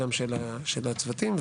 של הצוותים,